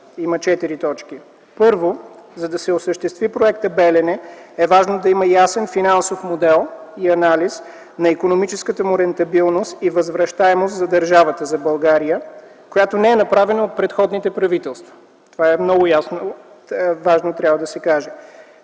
има четири точки. Първо, за да се осъществи проектът „Белене”, е важно да има ясен финансов модел и анализ на икономическата му рентабилност и възвръщаемост за държавата, за България, което не е направено от предходните правителства. Това е много важно и трябва да се каже!